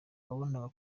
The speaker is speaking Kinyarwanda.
wabonaga